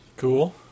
Cool